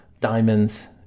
diamonds